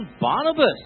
Barnabas